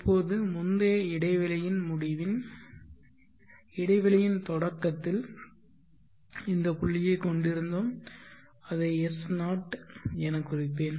இப்போது முந்தைய இடைவெளியின் முடிவின் இடைவெளியின் தொடக்கத்தில் இந்த புள்ளியைக் கொண்டிருந்தோம் அதை S0 எனக் குறிப்பேன்